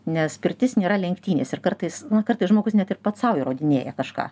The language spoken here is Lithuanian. nes pirtis nėra lenktynės ir kartais nu kartais žmogus net ir pats sau įrodinėja kažką